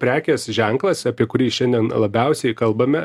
prekės ženklas apie kurį šiandien labiausiai kalbame